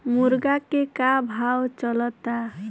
मुर्गा के का भाव चलता?